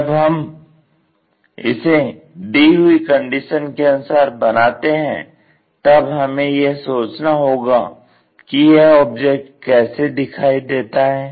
जब हम इसे दी हुई कंडीशन के अनुसार बनाते हैं तब हमें यह सोचना होगा कि यह ऑब्जेक्ट कैसे दिखाई देता है